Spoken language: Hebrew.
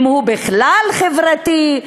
אם הוא בכלל חברתי,